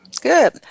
good